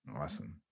Awesome